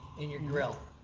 in your grille